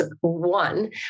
one